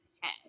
head